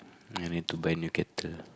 I need to buy new kettle